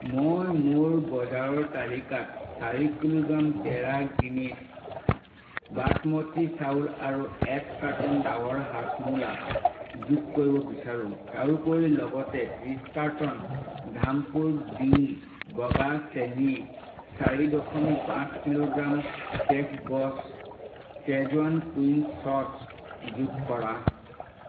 মই মোৰ বজাৰৰ তালিকাত চাৰি কিলোগ্ৰাম টেৰা গ্ৰীণিছ বাছমতী চাউল আৰু এক কাৰ্টন ডাৱৰ হাজমোলা যোগ কৰিব বিচাৰোঁ তাৰোপৰি লগতে ত্ৰিছ কাৰ্টন ধামপুৰ গ্ৰীণ বগা চেনি চাৰি দশমিক পাঁচ kilogram Chef Boss schezwan cooking sauce যোগ কৰা